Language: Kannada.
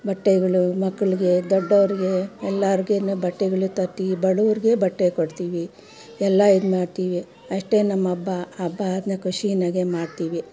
ಬಟ್ಟೆಗಳು ಮಕ್ಕಳಿಗೆ ದೊಡ್ಡೋರ್ಗೆ ಎಲ್ಲರ್ಗೂ ಬಟ್ಟೆಗಳು ತರ್ತೀವಿ ಬಡುರ್ಗೆ ಬಟ್ಟೆ ಕೊಡ್ತೀವಿ ಎಲ್ಲ ಇದ್ಮಾಡ್ತೀವಿ ಅಷ್ಟೇ ನಮ್ಮಹಬ್ಬ ಹಬ್ಬ ಅದನ್ನ ಖುಷಿನಾಗೆ ಮಾಡ್ತೀವಿ